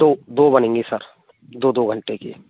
दो दो बनेंगे सर दो दो घंटे की